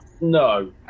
No